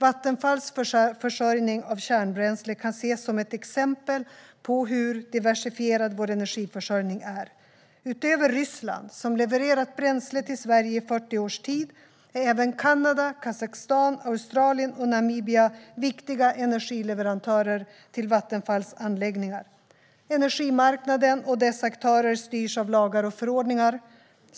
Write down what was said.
Vattenfalls försörjning av kärnbränsle kan ses som ett exempel på hur diversifierad vår energiförsörjning är. Utöver Ryssland, som levererat bränsle till Sverige i 40 års tid, är även Kanada, Kazakstan, Australien och Namibia viktiga energileverantörer till Vattenfalls anläggningar. Energimarknaden och dess aktörer styrs av lagar och förordningar.